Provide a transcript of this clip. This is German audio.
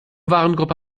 warengruppe